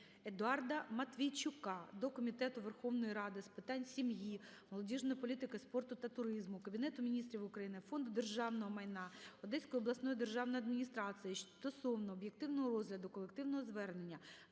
Едуарда Матвійчука до Комітету Верховної Ради з питань сім'ї, молодіжної політики, спорту та туризму, Кабінету Міністрів України, Фонду державного майна, Одеської обласної державної адміністрації стосовно об'єктивного розгляду колективного звернення